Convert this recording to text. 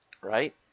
Right